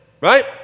Right